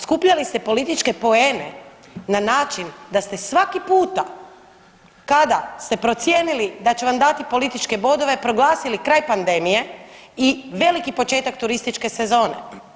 Skupljali ste političke poene na način da ste svaki puta kada ste procijenili da će vam dati političke bodove proglasili kraj pandemije i veliki početak turističke sezone.